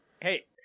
Hey